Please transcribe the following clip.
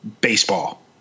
baseball